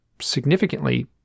significantly